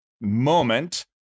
moment